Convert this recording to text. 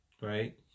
right